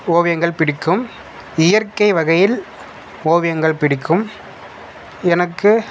ஓவியங்கள் பிடிக்கும் இயற்கை வகையில் ஓவியங்கள் பிடிக்கும் எனக்கு